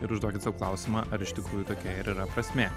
ir užduokit sau klausimą ar iš tikrųjų tokia ir yra prasmė